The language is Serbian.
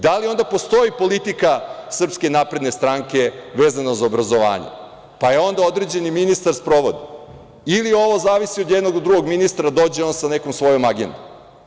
Da li onda postoji politika SNS vezano za obrazovanje, pa je onda određeni minisar sprovodi ili ovo zavisi od jednog do drugog ministra, dođe on sa nekom svojom agendom.